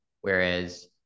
whereas